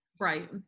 Right